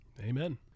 amen